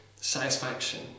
Satisfaction